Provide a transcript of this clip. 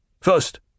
First